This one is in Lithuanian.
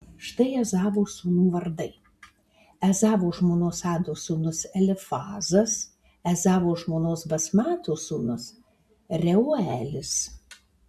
štai ezavo sūnų vardai ezavo žmonos ados sūnus elifazas ezavo žmonos basmatos sūnus reuelis